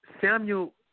Samuel